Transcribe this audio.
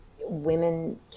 women